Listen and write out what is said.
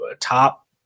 top